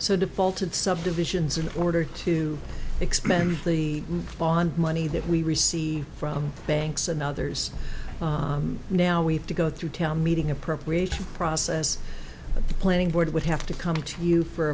so defaulted subdivisions in order to expend the bond money that we receive from banks and others now we have to go through town meeting appropriate process planning board would have to come to you for